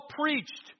preached